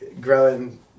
growing